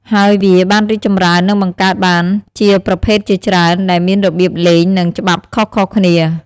ហើយវាបានរីកចម្រើន និងបង្កើតបានជាប្រភេទជាច្រើន ដែលមានរបៀបលេង និងច្បាប់ខុសៗគ្នា។